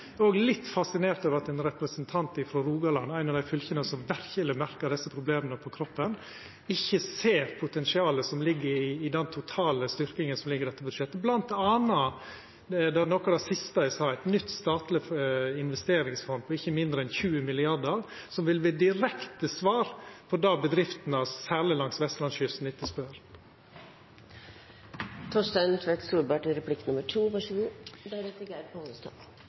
er også litt fascinert over at ein representant frå Rogaland – eit av dei fylka som verkeleg merkar desse problema – ikkje ser potensialet som ligg i den totale styrkinga som ligg i dette budsjettet, bl.a. eit nytt statleg investeringsfond på ikkje mindre enn 20 mrd. kr, som vil verta det direkte svaret på det som bedriftene særleg langs vestlandskysten etterspør. Det var de kortsiktige tiltakene jeg etterspurte. Det er så